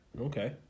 Okay